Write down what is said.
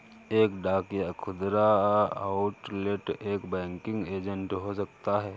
एक डाक या खुदरा आउटलेट एक बैंकिंग एजेंट हो सकता है